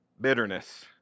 Bitterness